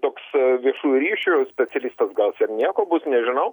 toks viešųjų ryšių specialistas gal cia ir nieko bus nežinau